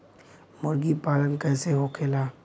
मुर्गी पालन कैसे होखेला?